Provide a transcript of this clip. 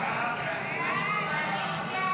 40 בעד, 53 נגד.